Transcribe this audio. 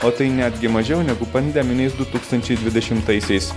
o tai netgi mažiau negu pandeminiais du tūkstančiai dvidešimtaisiais